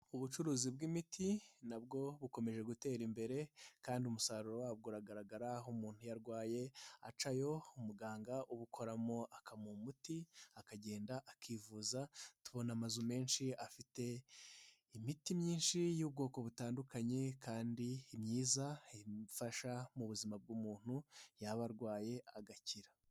Ubucuruzi bw'imiti nabwo bukomeje gutera imbere kandi umusaruro wabwo uragaragara umuntu iyo arwaye acayo umuganga ubukoramo akamuha umuti, akagenda akivuza tubona amazu menshi afite imiti myinshi y'ubwoko butandukanye kandi myiza ifasha mu buzima bw'umuntu yaba arwaye agakira.